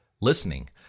listening